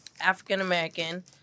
African-American